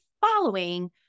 following